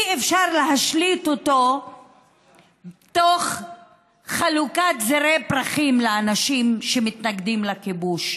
אי-אפשר להשליט אותו תוך חלוקת זרי פרחים לאנשים שמתנגדים לכיבוש.